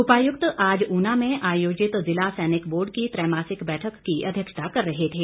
उपायुक्त आज ऊना में आयोजित जिला सैनिक बोर्ड की त्रैमासिक बैठक की अध्यक्षता कर रहे थे